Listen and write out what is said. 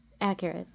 Accurate